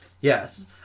Yes